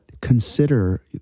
consider